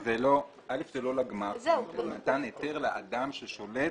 זה לא לגמ"ח, זה מתן היתר לאדם ששולט